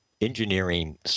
engineering